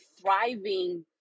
thriving